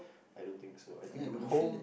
I don't think so I think home